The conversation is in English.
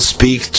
Speak